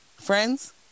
friends